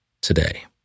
today